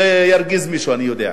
זה ירגיז מישהו, אני יודע.